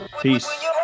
Peace